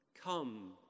Come